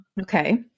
Okay